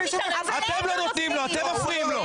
אתם מפריעים לו.